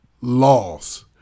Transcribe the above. laws